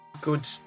good